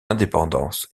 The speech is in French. indépendance